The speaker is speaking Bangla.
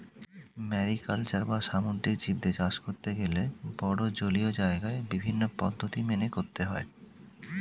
ম্যারিকালচার বা সামুদ্রিক জীবদের চাষ করতে গেলে বড়ো জলীয় জায়গায় বিভিন্ন পদ্ধতি মেনে করতে হয়